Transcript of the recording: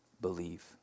believe